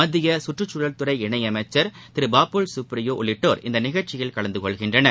மத்தியகற்றுச்சூழல்துறை இணையமைச்சர் திருபாபுல் கப்ரியோஉள்ளிட்டோர் இந்நிகழ்ச்சியில் கலந்துகொள்கின்றனர்